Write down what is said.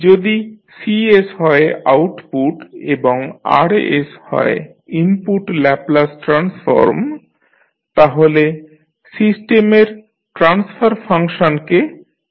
যদি C হয় output এবং R হয় ইনপুট ল্যাপলাস ট্রান্সফর্ম তাহলে সিস্টেমের ট্রান্সফার ফাংশনকে CR রূপে প্রকাশ করা যায় যা ম্যাসনের সূত্রের সাহায্যে পাওয়া যাবে